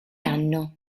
anno